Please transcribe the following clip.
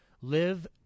live